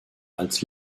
als